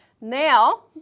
Now